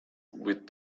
with